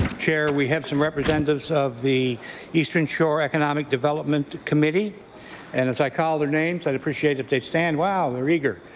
chair we had some representatives of the eastern shore economic development committee and as i call their names i would appreciate if they stand. wows, they're eager.